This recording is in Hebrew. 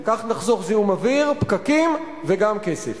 כך נחסוך זיהום אוויר, פקקים, וגם כסף.